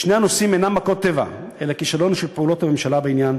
שני הנושאים אינם מכות טבע אלא כישלון של פעולות הממשלה בעניין,